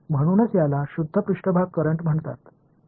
म्हणूनच याला शुद्ध पृष्ठभाग करंट म्हणतात बरोबर